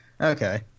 Okay